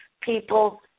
People